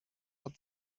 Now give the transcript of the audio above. hat